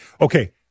Okay